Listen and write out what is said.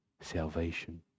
Salvation